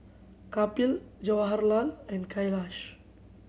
Kapil Jawaharlal and Kailash